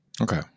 okay